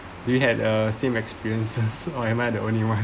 do you have a same experiences or am I the only one